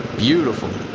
beautiful.